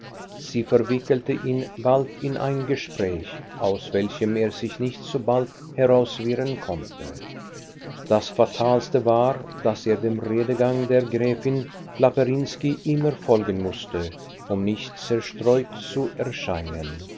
sie verwickelte ihn bald in ein gespräch aus welchem er sich nicht so bald herauswirren konnte das fatalste war daß er dem redegang der gräfin plapperinsky immer folgen mußte um nicht zerstreut zu erscheinen